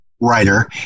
writer